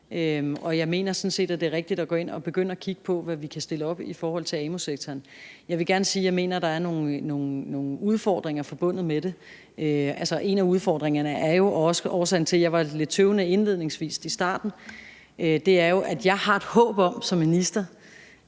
sådan set, at det er rigtigt at gå ind og begynde at kigge på, hvad vi kan stille op i forhold til amu-sektoren. Jeg vil gerne sige, at jeg mener, at der er nogle udfordringer forbundet med det. En af udfordringerne og også årsagen til, at jeg var lidt tøvende indledningsvis og i starten, er jo, at jeg som minister